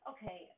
Okay